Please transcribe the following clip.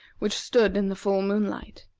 which stood in the full moonlight.